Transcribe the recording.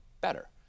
better